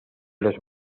los